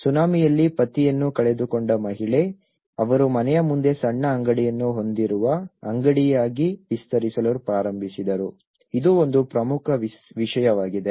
ಸುನಾಮಿಯಲ್ಲಿ ಪತಿಯನ್ನು ಕಳೆದುಕೊಂಡ ಮಹಿಳೆ ಅವರು ಮನೆ ಮುಂದೆ ಸಣ್ಣ ಅಂಗಡಿಯನ್ನು ಹೊಂದಿರುವ ಅಂಗಡಿಯಾಗಿ ವಿಸ್ತರಿಸಲು ಪ್ರಾರಂಭಿಸಿದರು ಇದು ಒಂದು ಪ್ರಮುಖ ವಿಷಯವಾಗಿದೆ